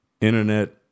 internet